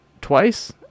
twice